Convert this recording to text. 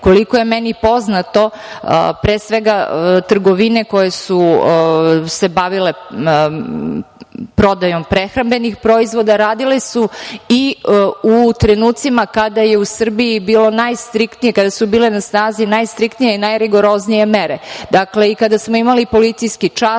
mera. Koliko je meni poznato, pre svega, trgovine koje su se bavile prodajom prehrambenih proizvoda radile su i u trenucima kada je u Srbiji bilo najstriktnije, kada su bile na snazi najstriktnije i najrigoroznije mere. Dakle, i kada smo imali policijski čas,